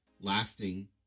Lasting